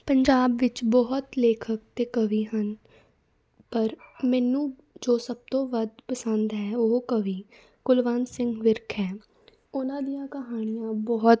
ਪੰਜਾਬ ਵਿੱਚ ਬਹੁਤ ਲੇਖਕ ਅਤੇ ਕਵੀ ਹਨ ਪਰ ਮੈਨੂੰ ਜੋ ਸਭ ਤੋਂ ਵੱਧ ਪਸੰਦ ਹੈ ਉਹ ਕਵੀ ਕੁਲਵੰਤ ਸਿੰਘ ਵਿਰਕ ਹੈ ਉਹਨਾਂ ਦੀਆਂ ਕਹਾਣੀਆਂ ਬਹੁਤ